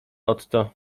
otto